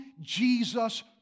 Jesus